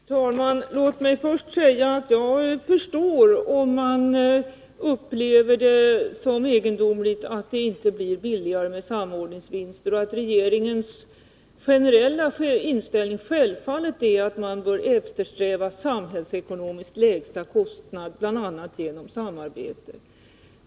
Fru talman! Låt mig först säga att jag förstår om man upplever det som egendomligt att det inte blir billigare med samordningsvinster. Regeringens generella inställning är självfallet att man bör eftersträva samhällsekono miskt lägsta kostnad, bl.a. genom samarbete.